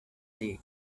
league